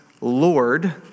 Lord